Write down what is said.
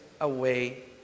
away